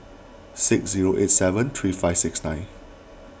six zero eight seven three five six nine